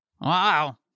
Wow